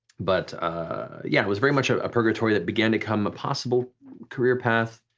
but yeah, it was very much ah a purgatory that began to become a possible career path.